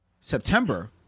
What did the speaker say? September